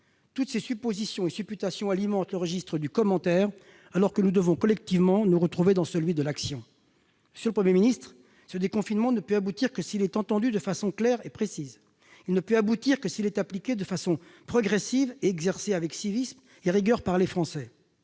Toutes ces suppositions et supputations alimentent le registre du commentaire alors que nous devons collectivement nous retrouver dans celui de l'action. Monsieur le Premier ministre, ce déconfinement ne peut aboutir que s'il est entendu de façon claire et précise. Il ne peut aboutir que s'il est appliqué de manière progressive, et exercé avec civisme et rigueur par les Français.